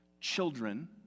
children